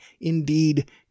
indeed